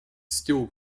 steel